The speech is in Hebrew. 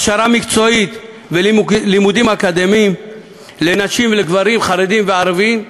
הכשרה מקצועית ולימודים אקדמיים לנשים ולגברים חרדים וערבים?